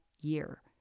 year